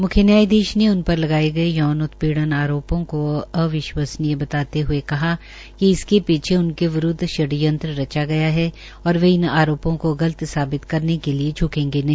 म्ख्य न्यायधीश ने उन पर लगाये गये यौन उत्पीड़न आरोपों को अविश्वसनीय बताते हये कहा कि इसके पीछे उनके विरूदव षंडयत्र रखा गया है और वे इन आरोपों को लगत साबित करने के लिये झ्केंगे नहीं